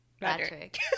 Patrick